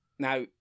Now